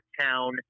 town